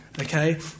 okay